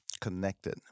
connected